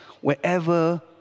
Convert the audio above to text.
wherever